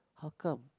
how come